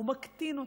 הוא מקטין אותן,